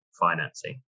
financing